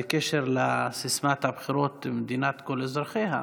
בקשר לסיסמת הבחירות של מדינת כל אזרחיה,